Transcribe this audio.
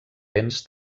béns